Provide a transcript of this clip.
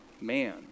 man